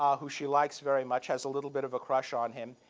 um who she likes very much, has a little bit of a crush on him.